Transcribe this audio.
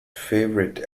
favourite